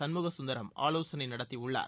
சண்முக சுந்தரம் ஆலோசனை நடத்தியுள்ளார்